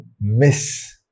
miss